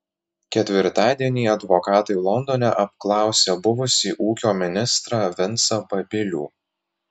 ketvirtadienį advokatai londone apklausė buvusį ūkio ministrą vincą babilių